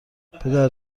پدر